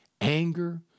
anger